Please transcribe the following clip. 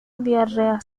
diarrea